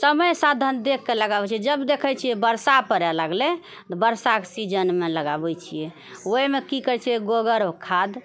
समय साधन देख कऽ लगाबै छियै जब देखै छियै बरसा पड़ै लागलै तऽ बरसाके सीजनमे लगाबै छियै ओइमे की करै छियै गोबर खाद